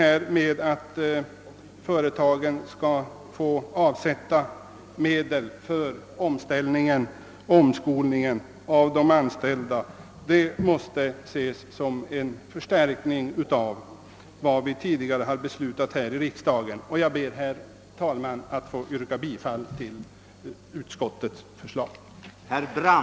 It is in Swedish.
Förslaget att företagen skattefritt skall få avsätta medel för omskolningen av de anställda måste ses som en förstärkning av de åtgärder som vi tidigare har beslutat här i riksdagen. Jag ber, herr talman, att få yrka bifall till utskottets hemställan.